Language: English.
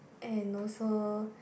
and also